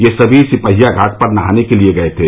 ये सभी सिपहिया घाट पर नहाने के लिए गये थे